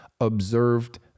observed